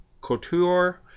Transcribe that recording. Couture